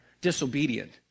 disobedient